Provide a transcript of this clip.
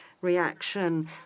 reaction